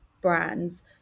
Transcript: brands